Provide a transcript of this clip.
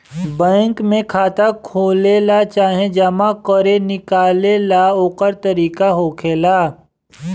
bank में खाता खोलेला चाहे जमा करे निकाले ला ओकर तरीका होखेला